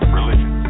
religion